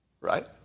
right